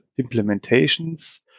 implementations